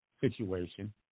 situation